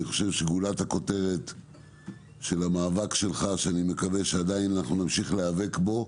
גולת הכותרת של המאבק שלך שאני מקווה שעדיין נמשיך להיאבק בו,